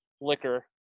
liquor